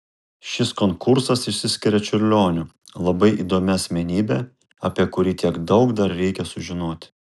šis konkursas išsiskiria čiurlioniu labai įdomia asmenybe apie kurį tiek daug dar reikia sužinoti